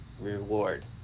reward